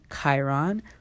Chiron